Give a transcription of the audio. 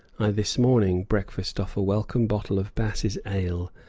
i this morning breakfast off a welcome bottle of bass's ale,